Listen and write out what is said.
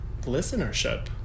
listenership